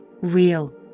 real